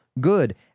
good